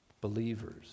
believers